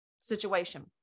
situation